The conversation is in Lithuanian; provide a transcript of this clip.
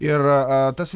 ir tas